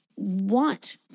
want